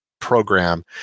program